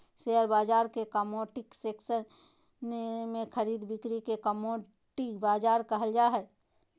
share बाजार के commodity section में खरीद बिक्री के कमोडिटी बाजार कहल जा हइ